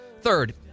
Third